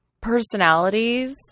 personalities